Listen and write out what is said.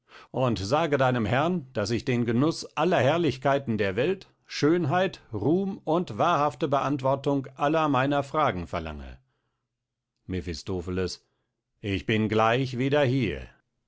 und sage deinem herrn daß ich den genuß aller herrlichkeiten der welt schönheit ruhm und wahrhafte beantwortung aller meiner fragen verlange mephistopheles ich bin gleich wieder hier